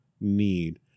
need